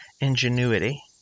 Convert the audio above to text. ingenuity